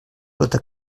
sota